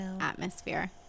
atmosphere